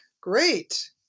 Great